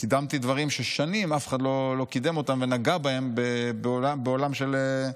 וקידמתי דברים ששנים אף אחד לא קידם אותם ונגע בהם בעולם של,